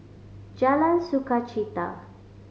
Jalan Sukachita